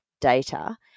data